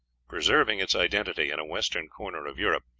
preserving its identity in a western corner of europe,